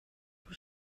were